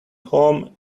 home